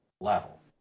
level